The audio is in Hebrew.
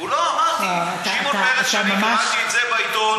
לא אמרתי שמעון פרס, שאני קראתי את זה בעיתון.